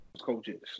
Coaches